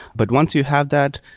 but once you have that,